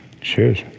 Cheers